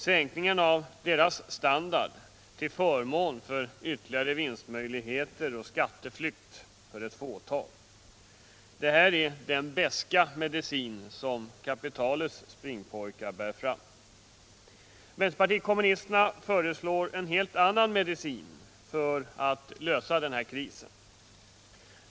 Sänkning av dessas standard till förmån för ytterligare vinstmöjligheter och skatteflykt för ett fåtal — detta är den beska medicin som kapitalets springpojkar bär fram. Vpk föreslår en helt annan medicin för att lösa krisen.